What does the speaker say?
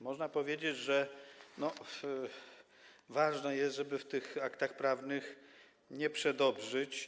Można powiedzieć, że ważne jest to, aby w tych aktach prawnych nie przedobrzyć.